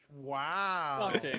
Wow